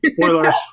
Spoilers